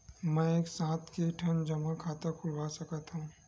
मैं एक साथ के ठन जमा खाता खुलवाय सकथव?